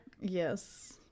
Yes